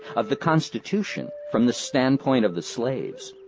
of the constitution from the standpoint of the slaves,